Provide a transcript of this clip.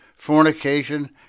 fornication